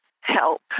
help